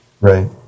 right